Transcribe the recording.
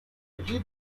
allí